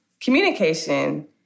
Communication